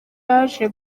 yaje